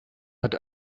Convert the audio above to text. hat